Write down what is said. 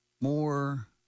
more